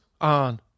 on